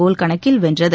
கோல் கணக்கில் வென்றது